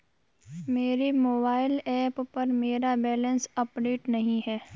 मेरे mobile app पर मेरा बैलेंस अपडेट नहीं है